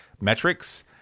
Metrics